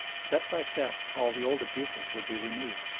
step by step all the old abuses would be renewed.